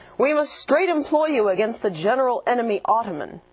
we must straight employ you against the general enemy ottoman